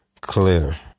clear